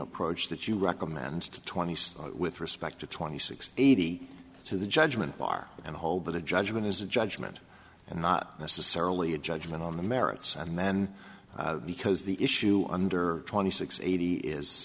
approach that you recommend twenty six with respect to twenty six eighty two the judgment bar and hold that a judgment is a judgment and not necessarily a judgment on the merits and then because the issue under twenty six eighty is